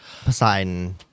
Poseidon